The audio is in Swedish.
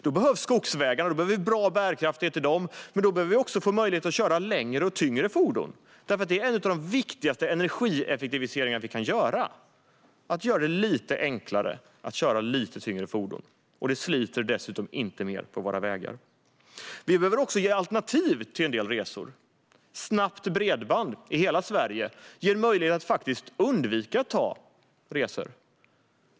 Då behövs skogsvägar med bra bärighet. Då behöver vi också få möjlighet att köra längre och tyngre fordon. Det är en av de viktigaste energieffektiviseringar vi kan göra att göra det lite enklare att köra lite tyngre fordon. Det sliter dessutom inte mer på våra vägar. Vi behöver också ge alternativ till en del resor. Snabbt bredband i hela Sverige ger möjlighet att undvika resor.